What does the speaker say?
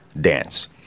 Dance